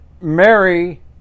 Mary